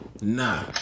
Nah